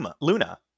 Luna